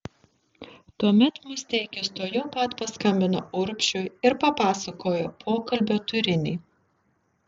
tuomet musteikis tuojau pat paskambino urbšiui ir papasakojo pokalbio turinį